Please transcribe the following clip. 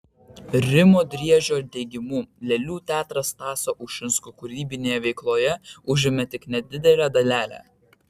rimo driežio teigimu lėlių teatras stasio ušinsko kūrybinėje veikloje užėmė tik nedidelę dalelę